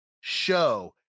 show